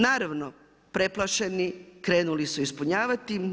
Naravno, preplašeni, krenuli su ispunjavati.